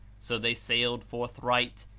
so they sailed forthright,